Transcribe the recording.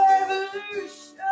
Revolution